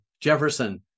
Jefferson